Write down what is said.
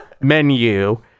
menu